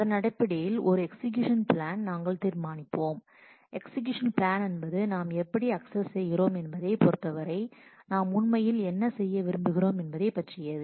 அதன் அடிப்படையில் ஒரு எக்ஸிகூஷன் பிளான் நாங்கள் தீர்மானிப்போம் எக்ஸிகூஷன் பிளான் என்பது நாம் எப்படி அக்சஸ் செய்கிறோம் என்பதை பொறுத்தவரை நாம் உண்மையில் என்ன செய்ய விரும்புகிறோம் என்பதை பற்றியது